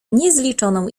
niezliczoną